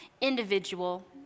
individual